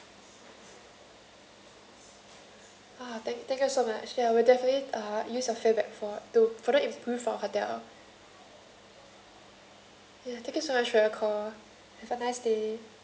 ah thank thank you so much ya we'll definitely uh use your feedback for to further improve our hotel ya thank you so much for your call have a nice day